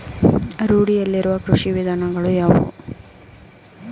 ರೂಢಿಯಲ್ಲಿರುವ ಕೃಷಿ ವಿಧಾನಗಳು ಯಾವುವು?